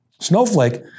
Snowflake